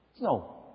No